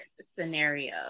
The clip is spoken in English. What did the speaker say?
scenario